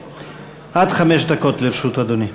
עד חמש דקות לרשות אדוני.